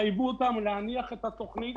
ותחייבו אותם להניח את התוכנית